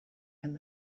and